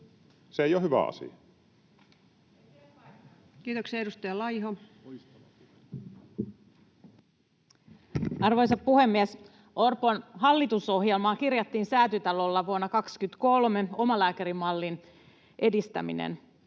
pelastamisesta Time: 15:43 Content: Arvoisa puhemies! Orpon hallitusohjelmaan kirjattiin Säätytalolla vuonna 23 omalääkärimallin edistäminen.